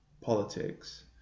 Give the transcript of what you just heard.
politics